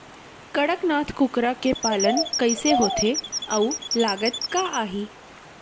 कड़कनाथ कुकरा के पालन कइसे होथे अऊ लागत का आही?